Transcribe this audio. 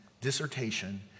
dissertation